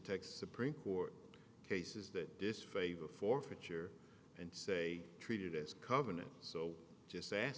texas supreme court cases that disfavor forfeiture and say treated as covenant so just sa